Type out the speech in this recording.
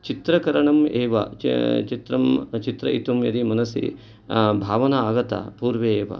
चित्रकरणम् एव चित्रं चित्रयितुं यदि मनसि भावना आगता पूर्वे एव